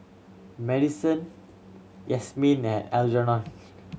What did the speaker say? Madisyn Yazmin and Algernon